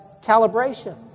calibration